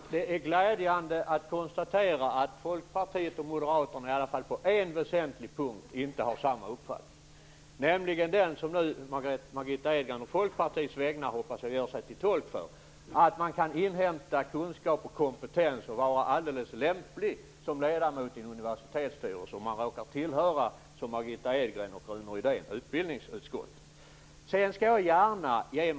Herr talman! Det är glädjande att konstatera att Folkpartiet och Moderaterna i alla fall inte har samma uppfattning på en väsentlig punkt, nämligen den som Margitta Edgren, å Folkpartiets vägnar hoppas jag, gör sig till tolk för. Man kan inhämta kunskap och kompetens och vara alldeles lämplig som ledamot i en universitetsstyrelse om man råkar tillhöra utbildningsutskottet som Margitta Edgren och Rune Rydén gör.